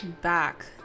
back